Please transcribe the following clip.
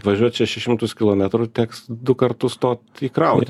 važiuot šešis šimtus kilometrų teks du kartus stot įkrauti